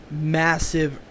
massive